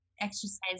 exercise